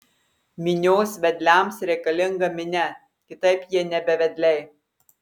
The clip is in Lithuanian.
minios vedliams reikalinga minia kitaip jie nebe vedliai